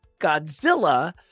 Godzilla